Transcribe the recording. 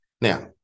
Now